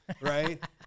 right